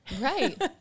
Right